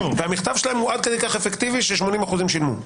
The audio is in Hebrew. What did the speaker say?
והמכתב שלהם הוא עד כדי כך אפקטיבי ש-80% שילמו.